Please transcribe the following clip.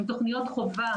אלה הן תכניות חובה,